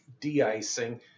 de-icing